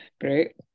great